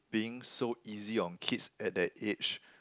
being so easy on kids at that age